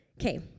Okay